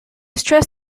stress